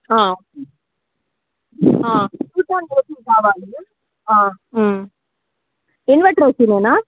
inverter ఏసీనేనా